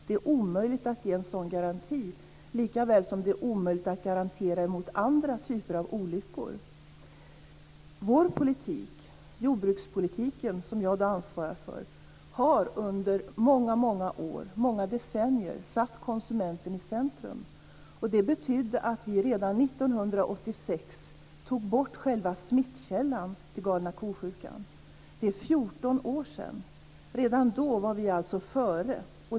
Det är omöjligt att ge en sådan garanti, likaväl som det är omöjligt att garantera mot andra typer av olyckor. Vår jordbrukspolitik, som jag ansvarar för, har under många år, många decennier satt konsumenten i centrum. Det betyder att vi redan 1986 tog bort själva smittkällan till galna ko-sjukan. Det är 14 år sedan. Redan då var vi alltså före.